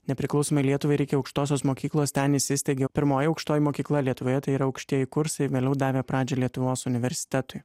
nepriklausomai lietuvai reikia aukštosios mokyklos ten įsisteigė pirmoji aukštoji mokykla lietuvoje tai yra aukštieji kursai vėliau davė pradžią lietuvos universitetui